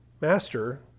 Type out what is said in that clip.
Master